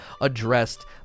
addressed